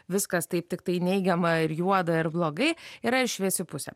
viskas taip tiktai neigiama ir juoda ir blogai yra ir šviesi pusė